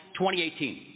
2018